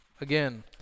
again